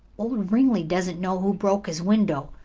old ringley doesn't know who broke his window.